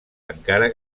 encara